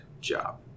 job